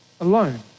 alone